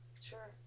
Sure